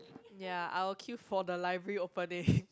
ya I will queue for the library opening